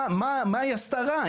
מה היא עשתה רע?